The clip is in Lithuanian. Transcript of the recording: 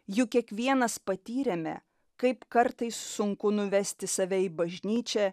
juk kiekvienas patyrėme kaip kartais sunku nuvesti save į bažnyčią